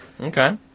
Okay